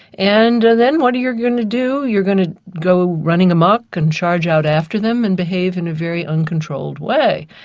and then what are you going to do? you're going to go running amok and charge out after them and behave in a very uncontrolled way.